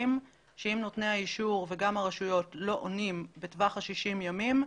שאם נותני האישור וגם הרשויות לא עונים בטווח ה-60 ימים,